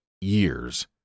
years